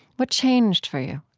what changed for you?